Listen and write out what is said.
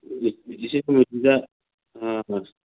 ꯑꯗꯨꯅꯤ ꯏꯆꯦ ꯁꯨꯃꯇꯤꯗ ꯑꯥ